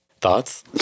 Thoughts